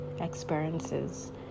experiences